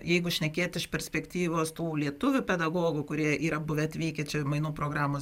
jeigu šnekėt iš perspektyvos tų lietuvių pedagogų kurie yra buvę atvykę čia mainų programos